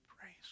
Praise